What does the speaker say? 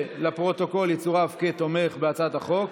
שלפרוטוקול יצורף כתומך בהצעת החוק.